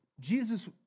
Jesus